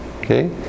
Okay